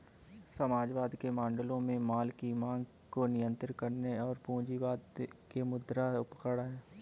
समाजवाद के मॉडलों में माल की मांग को नियंत्रित करने और पूंजीवाद के मुद्रा उपकरण है